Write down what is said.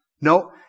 No